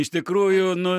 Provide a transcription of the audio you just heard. iš tikrųjų nu